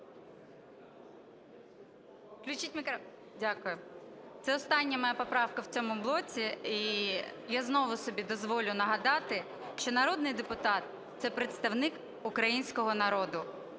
Т.М. Це остання моя поправка в цьому блоці. І я знову собі дозволю нагадати, що народний депутат – це представник українського народу.